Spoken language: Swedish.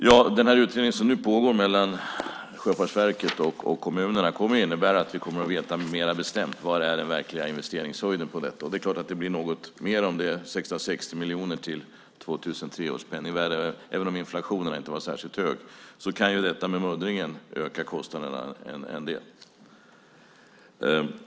Herr talman! Den utredning som nu pågår mellan Sjöfartsverket och kommunerna kommer att innebära att vi mer bestämt vet vad som är den verkliga investeringshöjden på detta. Det är klart att det blir något mer än 660 miljoner till 2003 års penningvärde. Även om inflationen inte har varit särskilt hög kan muddringen öka kostnaderna en del.